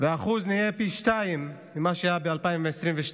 והאחוז נהיה פי שניים ממה שהיה ב-2022,